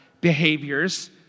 behaviors